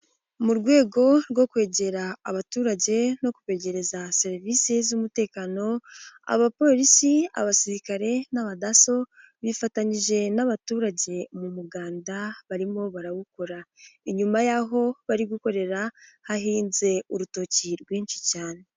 Mu rwego rwo kwegera abaturage no kwegereza serivisi z'umutekano, abapolisi, abasirikare n'aba dasso bifatanyije n'abaturage mu muganda, barimo barawukora, inyuma y'aho bari gukorera hahinze urutoki rwinshi cyane.